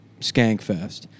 Skankfest